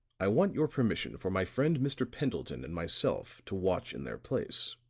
i want your permission for my friend mr. pendleton and myself to watch in their place.